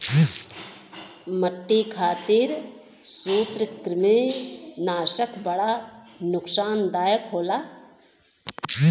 मट्टी खातिर सूत्रकृमिनाशक बड़ा नुकसानदायक होला